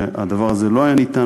הדבר הזה לא היה אפשרי,